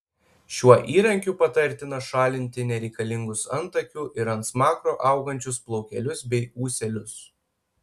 šiuo įrankiu patartina šalinti nereikalingus antakių ir ant smakro augančius plaukelius bei ūselius